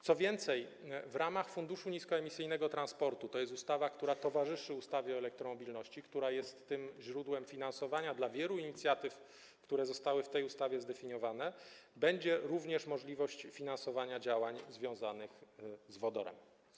Co więcej, w ramach funduszu odnoszącego się do niskoemisyjnego transportu - to jest ustawa, która towarzyszy ustawie o elektromobilności, która jest źródłem finansowania dla wielu inicjatyw, które zostały w tej ustawie zdefiniowane - będzie również możliwość finansowania działań związanych z wodorem.